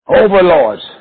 overlords